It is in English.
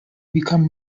become